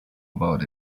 about